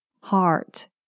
heart